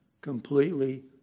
completely